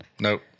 Nope